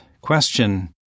Question